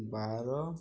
ବାର